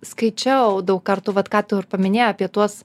skaičiau daug kartų vat ką tu ir paminėjai apie tuos